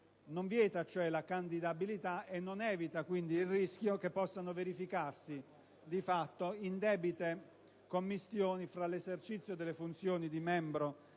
non vieta cioè la candidabilità, e non evita quindi il rischio che possano verificarsi di fatto indebite commistioni tra l'esercizio delle funzioni di membro